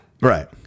Right